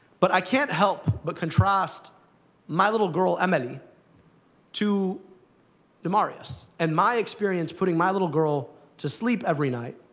but i can't help but contrast my little girl emmalee to demaryius, and my experience putting my little girl to sleep every night,